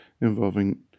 involving